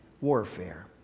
warfare